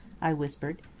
i whispered.